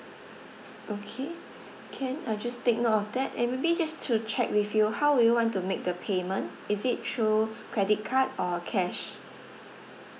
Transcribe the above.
okay can I'll just take note of that and maybe just to check with you how would you want to make the payment is it through credit card or cash